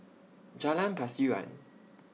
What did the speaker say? Jalan Pasiran